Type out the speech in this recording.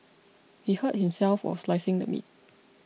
he hurt himself while slicing the meat